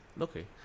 okay